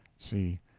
c.